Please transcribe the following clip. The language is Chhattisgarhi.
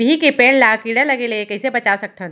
बिही के पेड़ ला कीड़ा लगे ले कइसे बचा सकथन?